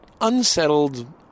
unsettled